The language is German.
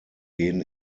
gehen